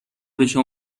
بشه